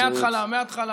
מההתחלה,